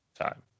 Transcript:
time